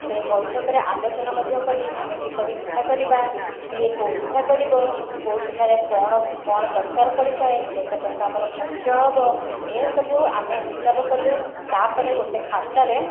ସେ ବୈଠକରେ ଆଲୋଚନା ମଧ୍ୟ କଲି ଆମେ କିପରି ପିଠା କରିବା କିଏ କେଉଁ ପିଠା କରିବ କେଉଁ ପିଠାରେ କଣ କଣ ଦରକାର ପଡ଼ିଥାଏ କେତେ ଟଙ୍କା ଆମର ଖର୍ଚ୍ଚ ହେବ ଏ ସବୁ ଆମେ ହିସାବ କଲୁ ତାପରେ ଗୋଟିଏ ଖାତାରେ